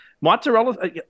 mozzarella